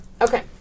Okay